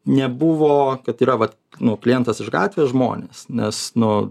nebuvo kad yra vat nu klientas iš gatvės žmonės nes nu